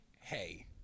hey